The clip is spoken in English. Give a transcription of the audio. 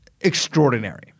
extraordinary